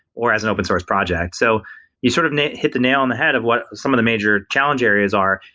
or as an open source project so you sort of hit the nail on the head of what some of the major challenge areas are,